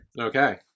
Okay